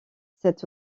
cet